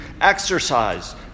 exercise